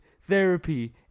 therapy